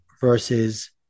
versus